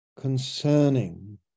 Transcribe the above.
concerning